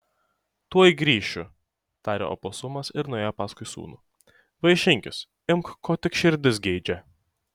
tuoj grįšiu tarė oposumas ir nuėjo paskui sūnų vaišinkis imk ko tik širdis geidžia